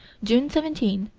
june seventeen,